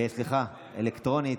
אלקטרונית.